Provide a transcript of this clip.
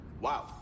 Wow